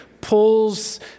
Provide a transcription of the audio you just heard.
pulls